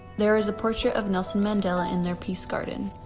there is a portrait of nelson mandela in their peace garden.